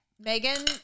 Megan